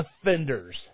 offenders